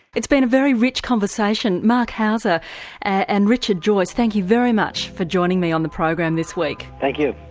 it's been a very rich conversation. conversation. marc hauser and richard joyce, thank you very much for joining me on the program this week. thank you.